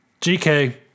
GK